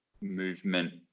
movement